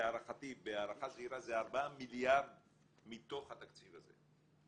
להערכתי בהערכה זהירה זה 4 מיליארד מתוך התקציב הזה.